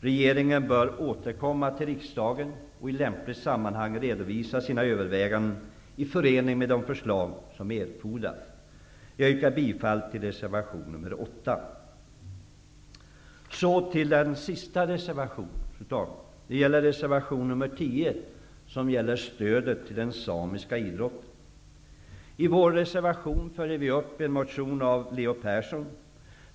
Regeringen bör återkomma till riksdagen och i lämpligt sammanhang redovisa sina överväganden i förening med de förslag som erfordras. Jag yrkar bifall till reservation nr 8. Fru talman! Reservation nr 10 gäller stödet till den samiska idrotten. I denna reservation följer vi upp en motion av Leo Persson.